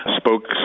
spoke